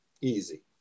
easy